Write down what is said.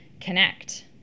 connect